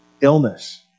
illness